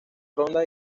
ronda